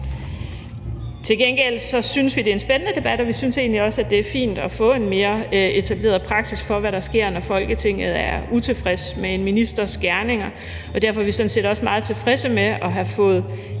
Til gengæld synes vi, det er en spændende debat, og vi synes egentlig også, det er fint at få en mere etableret praksis for, hvad der sker, når Folketinget er utilfreds med en ministers gerninger, og derfor er vi sådan set også meget tilfredse med at have fået